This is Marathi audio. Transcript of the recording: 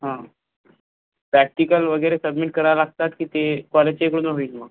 हा प्रॅक्टिकल वगैरे सबमिट करावं लागतात की ते कॉलेजच्या इकडूनच होईल मग